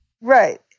Right